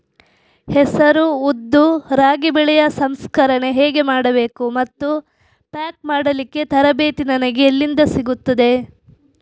ಹೆಸರು, ಉದ್ದು, ರಾಗಿ ಬೆಳೆಯ ಸಂಸ್ಕರಣೆ ಹೇಗೆ ಮಾಡಬೇಕು ಮತ್ತು ಪ್ಯಾಕ್ ಮಾಡಲಿಕ್ಕೆ ತರಬೇತಿ ನನಗೆ ಎಲ್ಲಿಂದ ಸಿಗುತ್ತದೆ?